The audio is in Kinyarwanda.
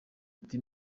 ati